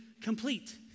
complete